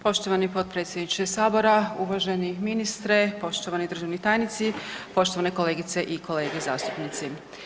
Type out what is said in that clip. Poštovani potpredsjedniče Sabora, uvaženi ministre, poštovani državni tajnici, poštovane kolegice i kolege zastupnici.